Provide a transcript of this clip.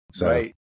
Right